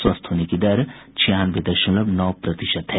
स्वस्थ होने की दर छियानवे दशमलव नौ प्रतिशत है